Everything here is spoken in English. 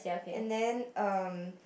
and then um